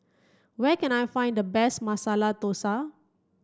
where can I find the best Masala Dosa